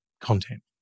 content